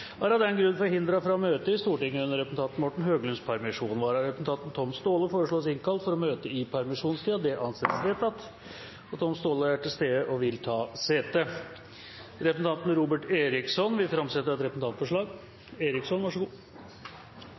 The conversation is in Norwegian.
er av den grunn forhindret fra å møte i Stortinget under representanten Morten Høglunds permisjon. Vararepresentanten, Tom Staahle, foreslås innkalt for å møte i permisjonstiden. – Det anses vedtatt. Tom Staahle er til stede og vil ta sete. Representanten Robert Eriksson vil framsette et representantforslag.